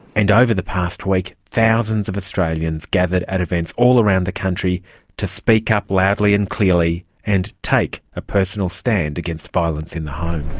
and over the past week thousands of australians gathered at events all around the country to speak up loudly and clearly and take a personal stand against violence in the home.